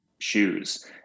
shoes